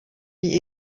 die